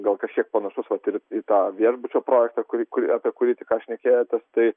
gal kažkiek panašus vat ir į tą viešbučio projektą kurį kuri apie kurį tik ką šnekėjotės tai